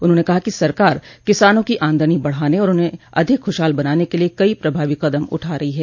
उन्होंने कहा कि सरकार किसानों की आमदनी बढाने और उन्हें अधिक ख्शहाल बनाने के लिए कई प्रभावी कदम उठा रही है